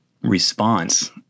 Response